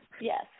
Yes